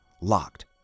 locked